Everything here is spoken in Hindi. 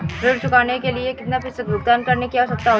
ऋण चुकाने के लिए कितना प्रतिशत भुगतान करने की आवश्यकता है?